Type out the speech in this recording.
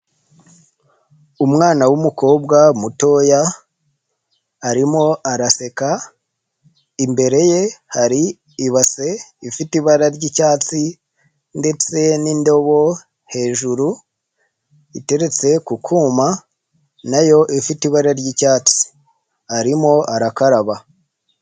Umwana w'umukobwa mutoya arimo araseka, imbere ye hari ibase ifite ibara ry'icyatsi ndetse n'indobo hejuru iteretse ku kuma nayo ifite ibara ry'icyatsi arimo arakaraba.